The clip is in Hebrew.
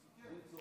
סיכם.